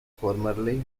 formerly